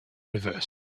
reversed